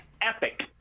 epic